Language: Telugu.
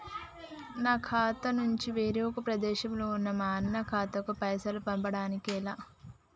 నా ఖాతా నుంచి వేరొక ప్రదేశంలో ఉన్న మా అన్న ఖాతాకు పైసలు పంపడానికి ఎలా?